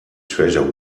treasure